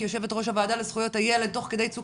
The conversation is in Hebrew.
כיו"ר הוועדה לזכויות הילד תוך כדי "צוק